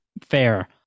Fair